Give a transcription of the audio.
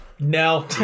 No